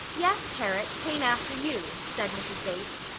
yes, parrot, came after you said mrs. bates.